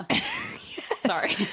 Sorry